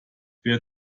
wer